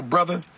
Brother